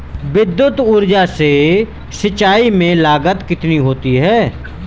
विद्युत ऊर्जा से सिंचाई में लागत कितनी होती है?